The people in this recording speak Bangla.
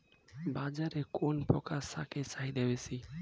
বাজারে কোন প্রকার শাকের চাহিদা বেশী?